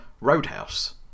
Roadhouse